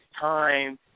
time